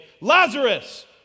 Lazarus